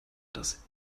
dass